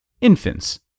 Infants